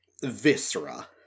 viscera